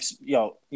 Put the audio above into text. yo